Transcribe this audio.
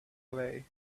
away